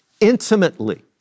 intimately